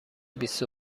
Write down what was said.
بیست